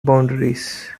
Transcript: boundaries